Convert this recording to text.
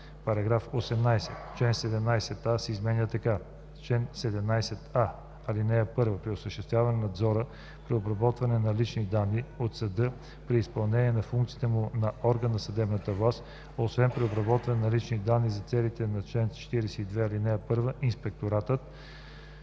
12а.“ § 18. Член 17а се изменя така: „Чл. 17а. (1) При осъществяване на надзора при обработване на лични данни от съдa при изпълнение на функциите му на орган на съдебната власт, освен при обработване на лични данни за целите по чл. 42, ал. 1 инспекторатът: